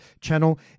channel